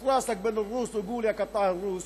חוט ראסכ בין א-רוס וקול יא קטאע א-רוס,